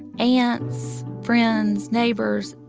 aunts, friends, neighbors.